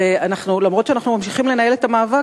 ולמרות שאנחנו ממשיכים לנהל את המאבק,